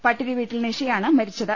പട്ടിരി വീട്ടിൽ നിഷയാണ് മരിച്ചത്